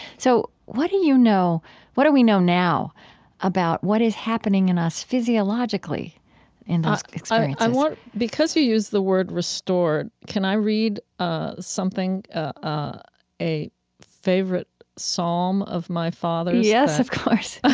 so what do you know what do we know now about what is happening in us physiologically in those experiences? i i want because you used the word restore, can i read ah something, ah a favorite psalm of my father's? yes, of course.